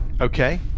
Okay